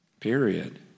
period